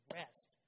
rest